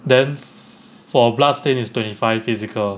then for blood stain is twenty five physical